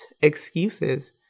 excuses